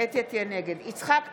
יצחק פינדרוס,